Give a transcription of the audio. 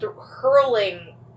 hurling